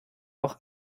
auch